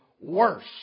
worse